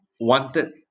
wanted